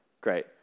Great